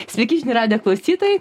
sveiki žinių radijo klausytojai